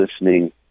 listening